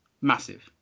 massive